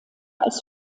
als